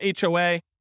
HOA